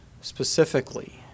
specifically